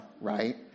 right